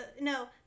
No